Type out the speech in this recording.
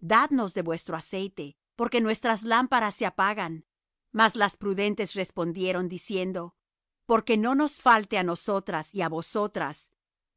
dadnos de vuestro aceite porque nuestras lámparas se apagan mas las prudentes respondieron diciendo porque no nos falte á nosotras y á vosotras